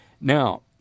Now